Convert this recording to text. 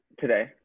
today